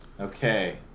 Okay